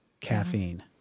Caffeine